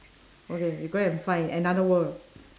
okay you go and find another world